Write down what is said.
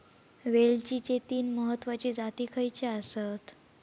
वेलचीचे तीन महत्वाचे जाती खयचे आसत?